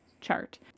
chart